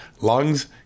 lungs